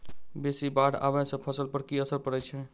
बेसी बाढ़ आबै सँ फसल पर की असर परै छै?